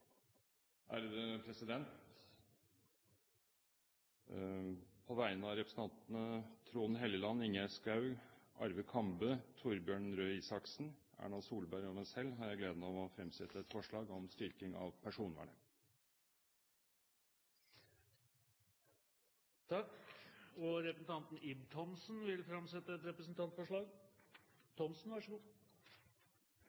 et representantforslag. På vegne av representantene Trond Helleland, Ingjerd Schou, Arve Kambe, Torbjørn Røe Isaksen, Erna Solberg og meg selv har jeg gleden av å fremsette et forslag om styrking av personvernet. Representanten Ib Thomsen vil framsette et representantforslag.